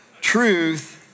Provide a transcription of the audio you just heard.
Truth